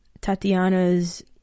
Tatiana's